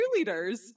cheerleaders